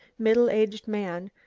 middle-aged man,